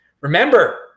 remember